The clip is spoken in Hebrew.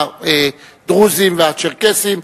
הדרוזים והצ'רקסים,